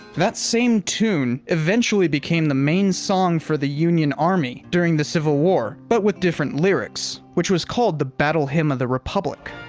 same tune eventually became the main song for the union army during the civil war, but with different lyrics, which was called the battle hymn of the republic.